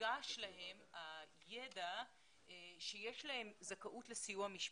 מונגש להם הידע שיש להם זכאות לסיוע משפטי.